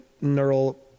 neural